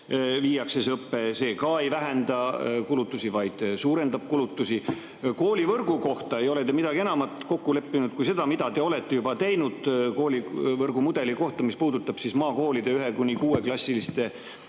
See ka ei vähenda kulutusi, vaid suurendab kulutusi. Koolivõrgu kohta ei ole te midagi enamat kokku leppinud kui seda, mida te olete juba teinud koolivõrgumudeli jaoks, mis puudutab ühe- kuni kuueklassiliste